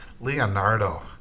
Leonardo